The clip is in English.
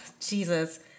Jesus